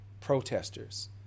protesters